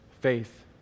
faith